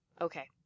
Okay